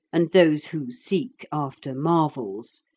and those who seek after marvels,